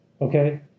okay